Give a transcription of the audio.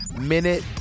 minute